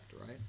right